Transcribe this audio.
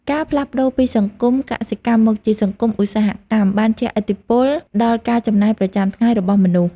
ការផ្លាស់ប្ដូរពីសង្គមកសិកម្មមកជាសង្គមឧស្សាហកម្មបានជះឥទ្ធិពលដល់ការចំណាយប្រចាំថ្ងៃរបស់មនុស្ស។